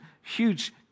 huge